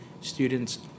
students